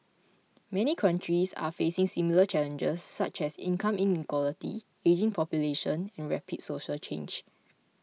many countries are facing similar challenges such as income inequality ageing population and rapid social change